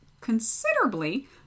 considerably